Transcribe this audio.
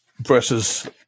versus